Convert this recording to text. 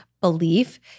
belief